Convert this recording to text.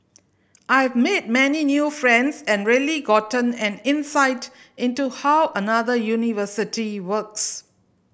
I've made many new friends and really gotten an insight into how another university works